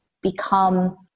become